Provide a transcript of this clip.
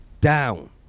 down